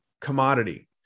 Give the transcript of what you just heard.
commodity